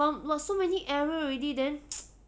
but so many error already then